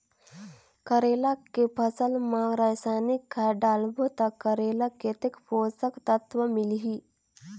करेला के फसल मा रसायनिक खाद डालबो ता करेला कतेक पोषक तत्व मिलही?